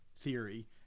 theory